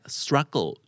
struggle